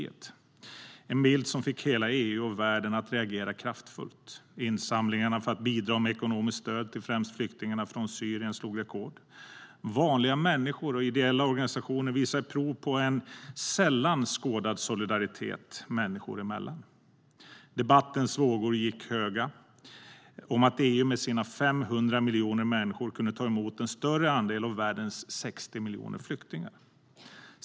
Det var en bild som fick hela EU och världen att reagera kraftfullt. Insamlingarna för att bidra med ekonomiskt stöd till främst flyktingarna från Syrien slog rekord. Vanliga människor och ideella organisationer visade prov på en sällan skådad solidaritet människor emellan. Debattens vågor gick höga om att EU med sina 500 miljoner människor kunde ta emot en större andel av världens 60 miljoner flyktingar.